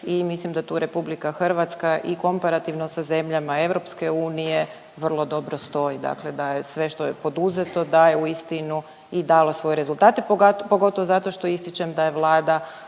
i mislim da tu RH i komparativno sa zemljama EU vrlo dobro stoji, dakle da je sve što je poduzeto dalo uistinu i dalo svoje rezultate, pogotovo zato što ističem da je Vlada